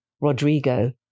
Rodrigo